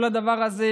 כל הדבר הזה,